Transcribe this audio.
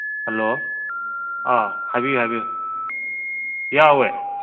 hello ꯑ ꯍꯥꯏꯕꯤꯌꯨ ꯍꯥꯏꯕꯤꯌꯨ ꯌꯥꯎꯋꯦ